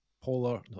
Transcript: polar